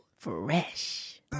fresh